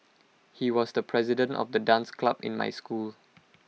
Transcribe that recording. he was the president of the dance club in my school